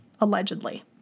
Allegedly